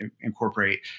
incorporate